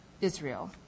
Israel